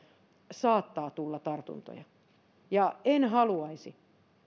saattaa tulla tartuntoja en haluaisi